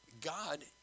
God